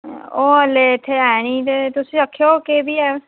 ओह् इसलै इत्थे ऐ नी ते तुसें आक्खै केह् दी ऐ